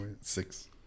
Six